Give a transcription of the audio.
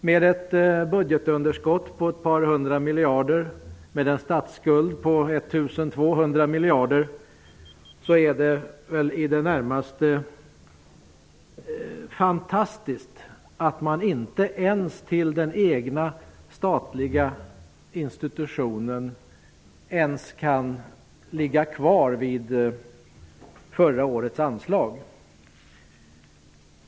Med ett budgetunderskott på ett par hundra miljarder och en statsskuld på 1 200 miljarder är det väl i det närmaste fantastiskt att man inte ens till den egna statliga institutionen kan stå kvar med ett anslag motsvarande förra årets.